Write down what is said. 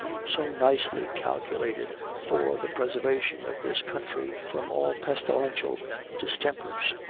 so nicely calculated for the preservation of this country from all pestilential distempers.